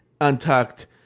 untucked